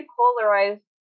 polarized